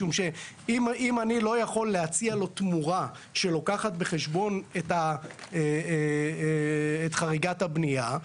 משום שאם אני לא יכול להציע לו תמורה שלוקחת בחשבון את חריגת הבנייה,